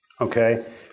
Okay